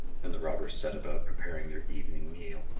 then the robbers set about preparing their evening meal.